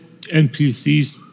NPCs